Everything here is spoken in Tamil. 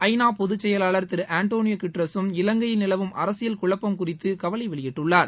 ஐ நா பொதுச்செயவாளர் திரு ஆண்டனியோ குட்டாரஸும் இலங்கையில் நிலவும் அரசியல் குழப்பம் குறித்து கவலை வெளியிட்டுள்ளார்